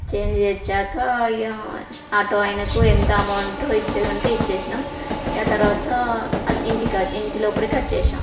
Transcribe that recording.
change తెచ్చినాక ఇక auto ఆయనకు ఎంత అమౌంట్ ఇచ్చేది ఉంటే ఇచ్చినాం ఇక తర్వాత అం ఇంటి క ఇంటి లోపలికి వచ్చాం